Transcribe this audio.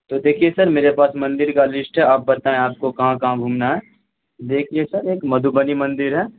تو دیکھیے سر میرے پاس مندر کا لسٹ ہے آپ بتائیں آپ کو کہاں کہاں گھومنا ہے دیکھیے سر ایک مدھوبنی مندر ہے